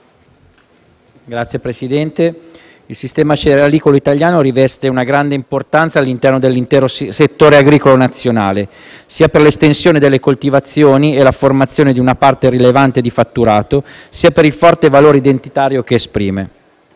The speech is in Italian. Signor Presidente, il sistema cerealicolo italiano riveste una grande importanza all'interno dell'intero settore agricolo nazionale, sia per l'estensione delle coltivazioni e per la formazione di una parte rilevante del fatturato, sia per il forte valore identitario che esprime.